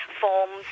forms